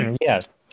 yes